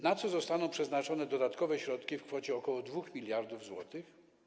Na co zostaną przeznaczone dodatkowe środki w kwocie ok. 2 mld zł?